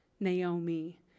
Naomi